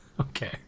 Okay